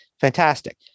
fantastic